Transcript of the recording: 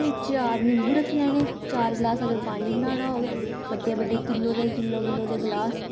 ते चार निंबू रक्खी लैने चार गलास अगर पानी बनाना होग बड्डे बड्डे किल्लो दे किल्लो किल्लो दे गलास